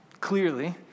Clearly